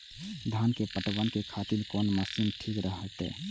धान के पटवन के खातिर कोन मशीन ठीक रहते?